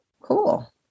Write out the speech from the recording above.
Cool